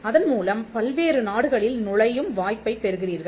அதன்மூலம் பல்வேறு நாடுகளில் நுழையும் வாய்ப்பைப் பெறுகிறீர்கள்